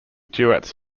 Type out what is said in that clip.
duets